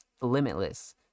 limitless